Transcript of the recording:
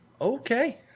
Okay